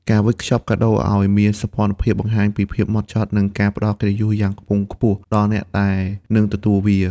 ការវេចខ្ចប់កាដូឱ្យមានសោភ័ណភាព បង្ហាញពីភាពហ្មត់ចត់ និងការផ្ដល់កិត្តិយសយ៉ាងខ្ពង់ខ្ពស់ដល់អ្នកដែលនឹងទទួលវា។